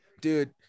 dude